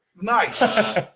Nice